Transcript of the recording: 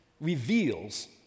reveals